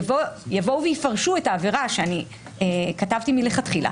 יבואו ויפרשו את העבירה שאני כתבתי מלכתחילה